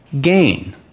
gain